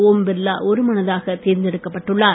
ஓம் பிர்லா ஒரு மனதாக தேர்ந்தெடுக்கப்பட்டுள்ளார்